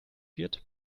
wird